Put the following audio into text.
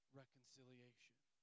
reconciliation